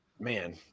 man